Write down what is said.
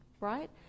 right